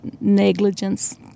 negligence